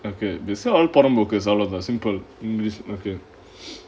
okay this all புறம்போக்கு:purambokku simple english okay